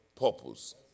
purpose